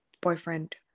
boyfriend